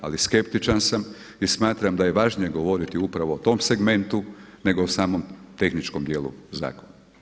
Ali skeptičan sam i smatram da je važnije govoriti upravo o tom segmentu nego o samom tehničkom dijelu zakona.